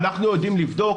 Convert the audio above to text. אנחנו יודעים לבדוק,